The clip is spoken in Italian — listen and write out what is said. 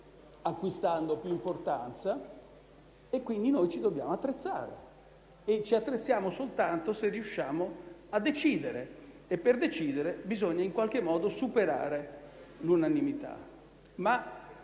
acquistando più importanza e, quindi, ci dobbiamo attrezzare. E ci attrezziamo soltanto se riusciamo a decidere e, per fare ciò, bisogna superare l'unanimità.